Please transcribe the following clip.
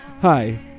Hi